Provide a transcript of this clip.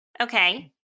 Okay